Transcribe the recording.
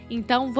Então